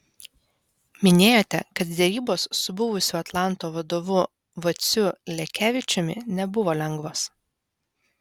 minėjote kad derybos su buvusiu atlanto vadovu vaciu lekevičiumi nebuvo lengvos